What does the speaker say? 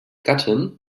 gattin